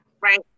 Right